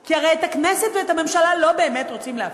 כי הרי את הכנסת ואת הממשלה לא באמת רוצים להפריד.